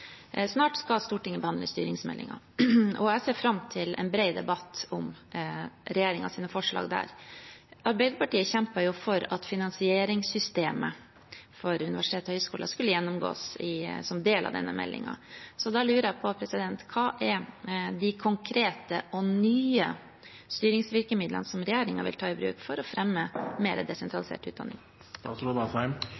Snart skal Stortinget behandle styringsmeldingen, og jeg ser fram til en bred debatt om regjeringens forslag der. Arbeiderpartiet kjempet jo for at finansieringssystemet for universiteter og høyskoler skulle gjennomgås som en del av denne meldingen. Da lurer jeg på: Hva er de konkrete og nye styringsvirkemidlene regjeringen vil ta i bruk for å fremme